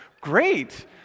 Great